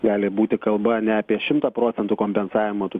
gali būti kalba ne apie šimtą procentų kompensavimą tų